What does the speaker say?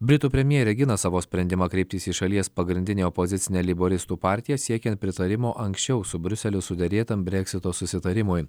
britų premjerė gina savo sprendimą kreiptis į šalies pagrindinę opozicinę leiboristų partiją siekiant pritarimo anksčiau su briuseliu suderėtam breksito susitarimui